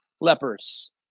lepers